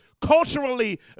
Culturally